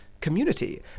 community